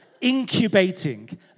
Incubating